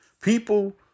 people